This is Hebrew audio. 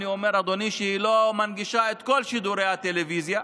היא לא מנגישה את כל שידורי הטלוויזיה,